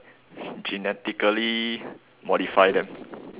genetically modify them